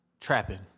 trapping